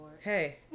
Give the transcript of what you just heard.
Hey